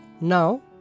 Now